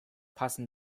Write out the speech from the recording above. passen